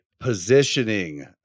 positioning